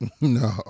No